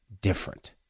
different